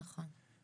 נכון, נכון.